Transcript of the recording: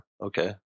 okay